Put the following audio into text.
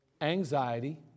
anxiety